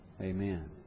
Amen